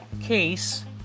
case